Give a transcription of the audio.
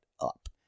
up